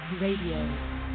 Radio